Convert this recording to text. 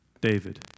David